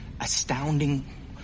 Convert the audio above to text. astounding